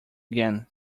again